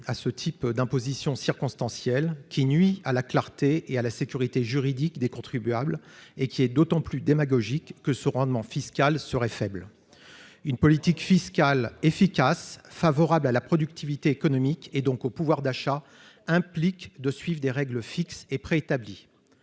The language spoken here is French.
à ce type d'imposition circonstanciel qui nuit à la clarté et à la sécurité juridique des contribuables et qui est d'autant plus démagogique que ce rendement fiscal serait faible, une politique fiscale efficace, favorable à la productivité économique et donc au pouvoir d'achat implique de suivre des règles fixées préétabli,